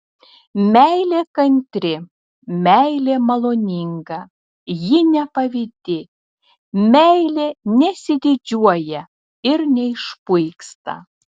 meilė kantri meilė maloninga ji nepavydi meilė nesididžiuoja ir neišpuiksta